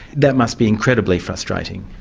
that must be incredibly frustrating.